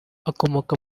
akomoka